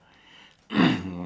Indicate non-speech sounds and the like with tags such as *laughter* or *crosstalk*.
*coughs*